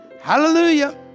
hallelujah